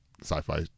sci-fi